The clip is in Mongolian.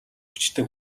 хүчтэй